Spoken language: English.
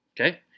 Okay